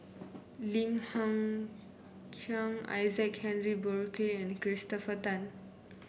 Lim Hng Kiang Isaac Henry Burkill and Christopher Tan